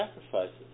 sacrifices